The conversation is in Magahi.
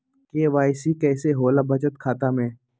के.वाई.सी कैसे होला बचत खाता में?